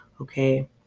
okay